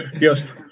Yes